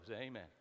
amen